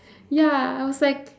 ya I was like